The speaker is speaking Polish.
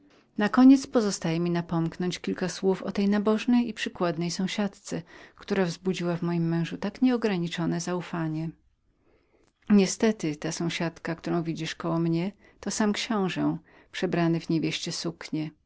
dublonów nareszcie pozostaje mi napomknąć kilka słów o tej nabożnej i przykładnej sąsiadce która wzbudziła w moim mężu tak nieograniczone zaufanie niestety ta sąsiadka którą widziałeś razem ze mną wchodzącą jestto sam książe przebrany w niewieście suknie